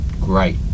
great